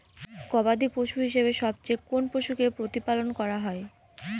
গবাদী পশু হিসেবে সবচেয়ে কোন পশুকে প্রতিপালন করা হয়?